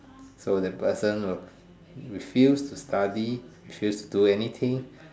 so the person who refused to study refused to do anything